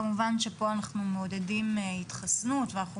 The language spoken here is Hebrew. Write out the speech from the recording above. כמובן שפה אנחנו מעודדים התחסנות ואנחנו